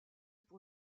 pour